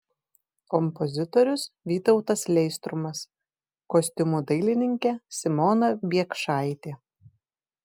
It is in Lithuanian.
kompozitorius vytautas leistrumas kostiumų dailininkė simona biekšaitė